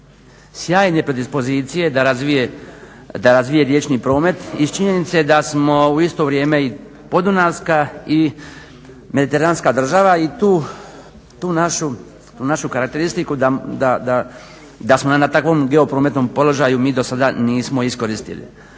sjajne predispozicije da razvije riječni promet iz činjenice da smo u isto vrijeme i podunavska i mediteranska država i tu našu karakteristiku da smo na takvom geoprometnom položaju mi dosada nismo iskoristili.